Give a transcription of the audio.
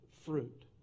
fruit